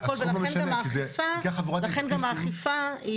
ולכן נשאלות שאלות גם לגבי האכיפה,